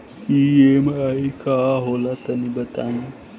EMI का होला तनि बताई?